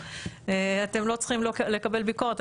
אתם לא צריכים לקבל ביקורת,